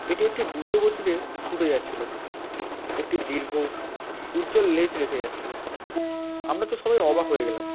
এটি একটি দ্রুত গতিতে ছুটে যাচ্ছিল একটি দীর্ঘ উজ্জ্বল লেজ রেখে যাচ্ছিল আমরা তো সবাই অবাক হয়ে গেলাম